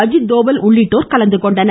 அஜித் தோவல் உள்ளிட்டோர் கலந்துகொண்டனர்